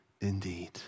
indeed